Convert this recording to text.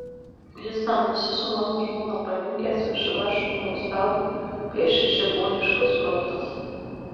jis namuose su mano žmona palinkęs virš rašomojo stalo piešia čigoniškas kortas